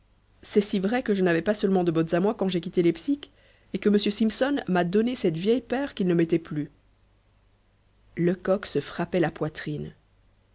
c'est si vrai que je n'avais pas seulement de bottes à moi quand j'ai quitté leipzig et que m simpson m'a donné cette vieille paire qu'il ne mettait plus lecoq se frappait la poitrine